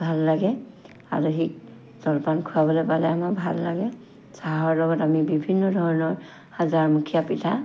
ভাল লাগে আলহীক জলপান খুৱাবলে পালে আমাৰ ভাল লাগে চাহৰ লগত আমি বিভিন্ন ধৰণৰ হাজাৰমুখীয়া পিঠা